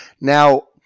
Now